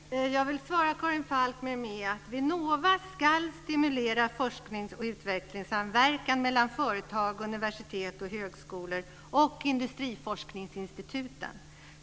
Fru talman! Jag vill svara Karin Falkmer med att Vinnova ska stimulera forsknings och utvecklingssamverkan mellan företag, universitet och högskolor och industriforskningsinstituten.